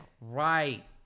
Right